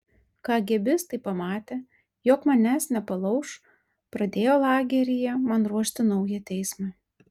kagėbistai pamatę jog manęs nepalauš pradėjo lageryje man ruošti naują teismą